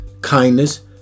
kindness